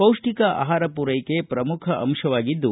ಪೌಷ್ಠಿಕ ಆಹಾರ ಪೂರೈಕೆ ಪ್ರಮುಖ ಅಂಶವಾಗಿದ್ದು